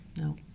No